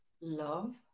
love